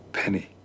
Penny